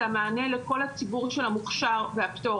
המענה לכל הציבור של המוכשר והפטור.